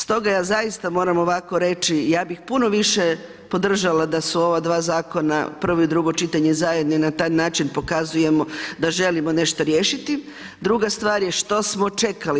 Stoga ja zaista moram ovako reći ja bih puno više podržala da su ova dva zakona prvo i drugo čitanje zajedno i na taj način pokazujemo da želimo nešto riješiti, druga stvar je što smo čekali.